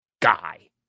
guy